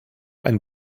ein